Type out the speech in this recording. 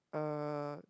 uh